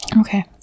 Okay